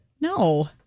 No